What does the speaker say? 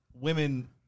women